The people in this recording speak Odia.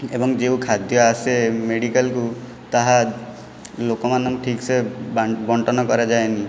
ଏବଂ ଯେଉଁ ଖାଦ୍ୟ ଆସେ ମେଡ଼ିକାଲକୁ ତାହା ଲୋକମାନଙ୍କୁ ଠିକ୍ସେ ବା ବଣ୍ଟନ କରାଯାଏନି